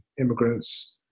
immigrants